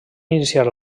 iniciar